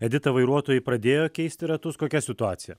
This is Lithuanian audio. edita vairuotojai pradėjo keisti ratus kokia situacija